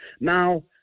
Now